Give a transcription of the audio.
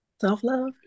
Self-love